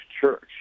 church